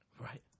Right